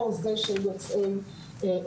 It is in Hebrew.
או זה של יוצאי אירופה,